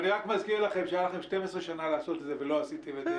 רק אני רוצה להזכיר לכם שהיו לכם 12 שנים לעשות את זה ולא עשיתם את זה.